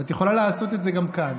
את יכולה לעשות את זה גם כאן.